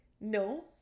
no